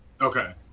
okay